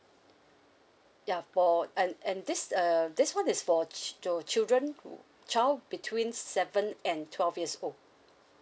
ya for and and this uh this one is for ch~ to children who child between seven and twelve years old